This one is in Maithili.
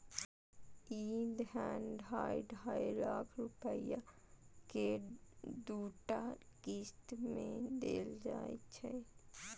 ई धन ढाइ ढाइ लाख रुपैया के दूटा किस्त मे देल जाइ छै